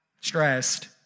stressed